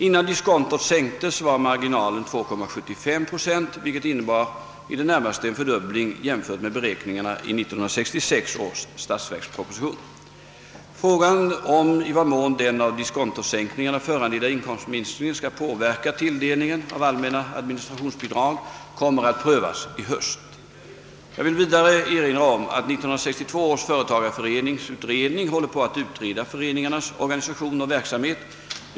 Innan diskontot sänktes var marginalen 2,75 procent, vilket innebar i det närmaste en fördubbling jämfört med beräkningarna i 1966 års statsverksproposition. Frågan om i vad mån den av diskontosänkningarna föranledda inkomstminskningen skall påverka tilldelningen av allmänna administrationsbidrag kommer att prövas i höst. Jag vill vidare erinra om att 1962 års företagareföreningsutredning håller på att utreda föreningarnas organisation och verksamhet.